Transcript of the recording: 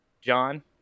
john